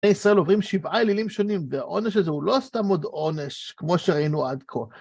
בני ישראל עוברים שבעה אלילים שונים, והעונש הזה הוא לא סתם עוד עונש, כמו שראינו עד כה.